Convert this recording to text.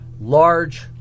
Large